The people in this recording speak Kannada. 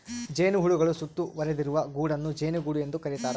ಜೇನುಹುಳುಗಳು ಸುತ್ತುವರಿದಿರುವ ಗೂಡನ್ನು ಜೇನುಗೂಡು ಎಂದು ಕರೀತಾರ